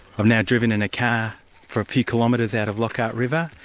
i've now driven in a car for a few kilometres out of lockhart river,